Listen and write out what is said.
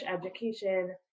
Education